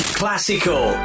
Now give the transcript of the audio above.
classical